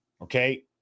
okay